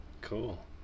Cool